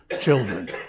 children